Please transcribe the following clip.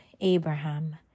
Abraham